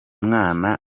mwana